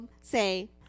say